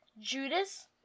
Judas